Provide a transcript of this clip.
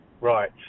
Right